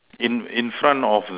in in front of the